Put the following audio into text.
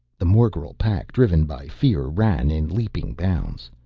the morgel pack, driven by fear, ran in leaping bounds.